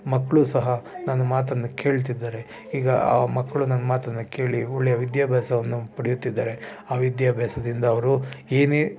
ಮಕ್ಕಳು ಸಹ ನನ್ನ ಮಾತನ್ನು ಕೇಳ್ತಿದ್ದಾರೆ ಈಗ ಆ ಮಕ್ಕಳು ನನ್ನ ಮಾತನ್ನು ಕೇಳಿ ಒಳ್ಳೆಯ ವಿದ್ಯಾಭ್ಯಾಸವನ್ನು ಪಡೆಯುತ್ತಿದ್ದಾರೆ ಆ ವಿದ್ಯಾಭ್ಯಾಸದಿಂದ ಅವರು ಏನೇ